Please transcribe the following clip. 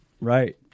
Right